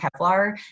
Kevlar